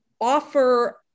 offer